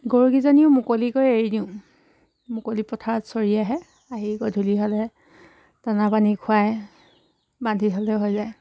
গৰুকেইজনীও মুকলিকৈ এৰি দিওঁ মুকলি পথাৰত চৰি আহে আহি গধূলি হ'লে দানা পানী খুৱায় বান্ধি থ'লে হৈ যায়